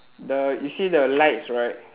the you see the lights right